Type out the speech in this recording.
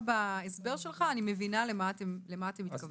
בהסבר שלך אני מבינה למה אתם מתכוונים.